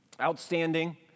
Outstanding